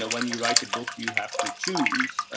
ah when you write a book, you have to choose,